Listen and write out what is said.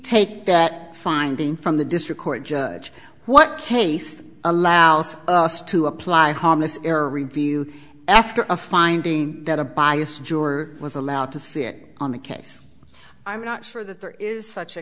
take that finding from the district court judge what case allows us to apply harmless error review after a finding that a biased juror was allowed to sit on the case i'm not sure that there is such a